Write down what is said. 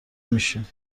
میشیم